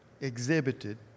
exhibited